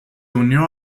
unió